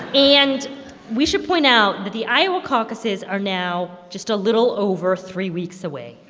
and we should point out that the iowa caucuses are now just a little over three weeks away.